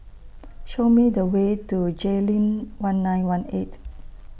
Show Me The Way to Jayleen one nine one eight